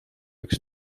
üks